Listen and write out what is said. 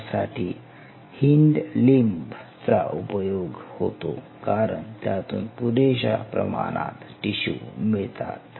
यासाठी hind limb चा उपयोग होतो कारण त्यातून पुरेशा प्रमाणात टिशू मिळतात